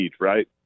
Right